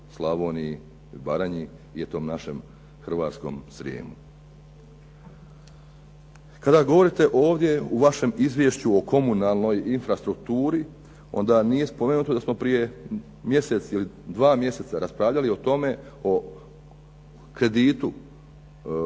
Slavoniji i Baranji i tom našem hrvatskom Srijemu. Kada govorite ovdje u vašem izvješću o komunalnoj infrastrukturi onda nije spomenuto da smo prije mjesec ili dva mjeseca raspravljali o tome, o kreditu